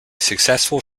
successful